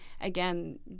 again